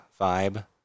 vibe